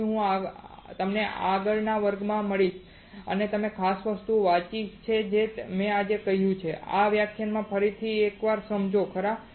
તેથી હું તમને આગળના વર્ગમાં મળીશું તમે આ ખાસ વસ્તુ વાંચી કે જે મેં તમને આજે કહ્યું છે કે આ વ્યાખ્યાનને ફરી એક વાર સમજો ખરા